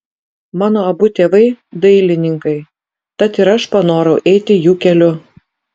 mano abu tėvai dailininkai tad ir aš panorau eiti jų keliu